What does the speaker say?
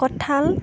কঠাল